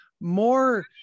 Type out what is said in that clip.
more